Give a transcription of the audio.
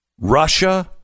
Russia